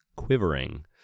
quivering